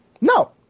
no